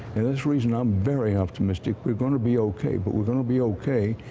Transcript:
it's reason i'm very optimistic. we're going to be okay. but we're going to be okay.